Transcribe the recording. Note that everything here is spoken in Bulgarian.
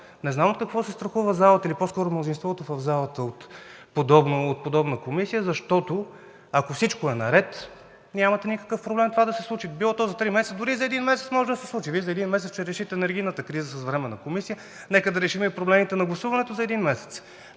Не знам от какво се страхува залата, или по-скоро мнозинството в залата, от подобна комисия, защото, ако всичко е наред, нямате никакъв проблем това да се случи – дори и за един месец може да се случи. Вие за един месец ще решите енергийната криза с Временна комисия, нека да решим и проблемите на гласуването за един месец.